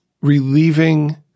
relieving